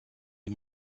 des